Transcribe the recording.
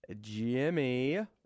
Jimmy